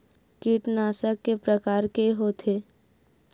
कीटनाशक के प्रकार के होथे?